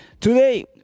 Today